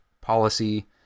policy